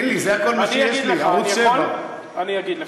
אין לי, זה כל מה שיש לי, ערוץ 7. אני אגיד לך.